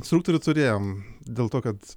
instruktorių turėjom dėl to kad